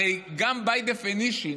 הרי גם, by definition,